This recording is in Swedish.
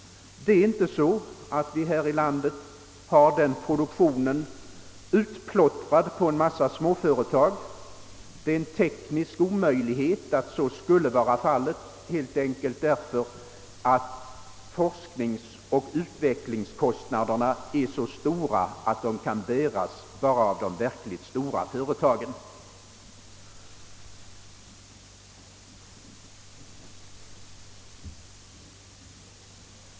Det är inte så att vi här i landet har krigsmaterielproduktionen utplottrad på en massa småföretag — det skulle vara en teknisk omöjlighet helt enkelt därför att forskningsoch utvecklingskostnaderna är så stora att de kan bäras bara av de verkligt stora företagen.